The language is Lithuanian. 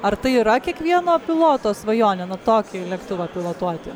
ar tai yra kiekvieno piloto svajonė na tokį lėktuvą pilotuoti